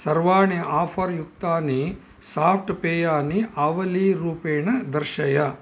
सर्वाणि आफर् युक्तानि साफ्ट् पेयानि आवलीरूपेण दर्शय